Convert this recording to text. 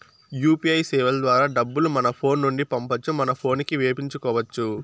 UPI సేవల ద్వారా డబ్బులు మన ఫోను నుండి పంపొచ్చు మన పోనుకి వేపించుకొచ్చు